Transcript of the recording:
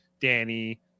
danny